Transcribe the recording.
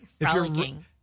Frolicking